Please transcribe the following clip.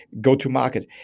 go-to-market